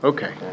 Okay